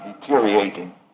deteriorating